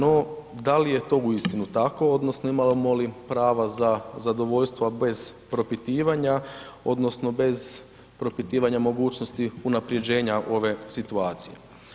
No da li je to uistinu tako odnosno imamo li prava za zadovoljstva bez propitivanja odnosno bez propitivanja mogućnosti unaprjeđenja ove situacije.